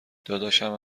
دادشمم